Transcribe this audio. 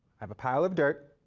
i have a pile of dirt.